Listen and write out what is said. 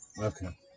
Okay